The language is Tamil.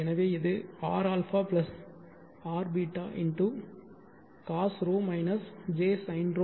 எனவே இது rα j rβ cos ρ j sin ρ